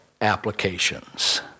applications